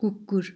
कुकुर